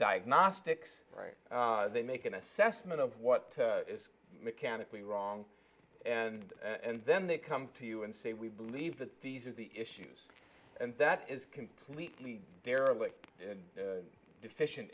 diagnostics right they make an assessment of what is mechanically wrong and and then they come to you and say we believe that these are the issues and that is completely derelict deficient